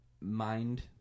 mind